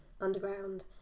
Underground